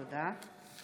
תודה.